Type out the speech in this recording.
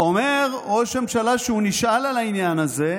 אומר ראש הממשלה, שנשאל על העניין הזה,